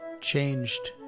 changed